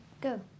go